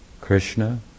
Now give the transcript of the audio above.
Krishna